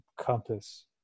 compass